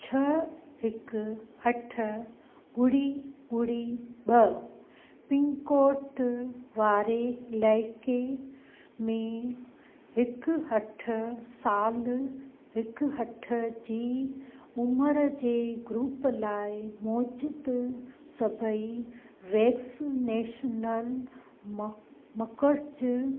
छह हिकु अठ ॿुड़ी ॿुड़ी ॿ पिनकोड वारे इलाइक़े में हिकु अठ सालु हिकु अठ जी उमिरि जे ग्रूप लाइ मौजूदु सभई वेक्सिनेशनल म मर्कज़ु